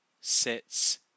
sits